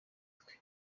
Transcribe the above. twe